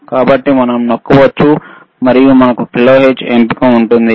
కాబట్టి మనం నొక్కవచ్చు మరియు మనకు కిలోహెర్ట్జ్ ఎంపిక ఉంటుంది